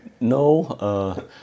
No